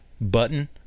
button